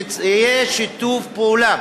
שיהיה שיתוף פעולה